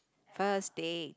first date